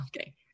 Okay